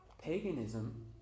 Paganism